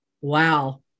Wow